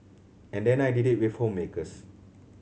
and then I did it with homemakers